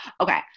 okay